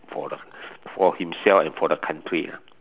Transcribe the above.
for for himself and for the country